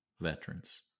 veterans